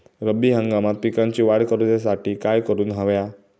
रब्बी हंगामात पिकांची वाढ करूसाठी काय करून हव्या?